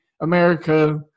America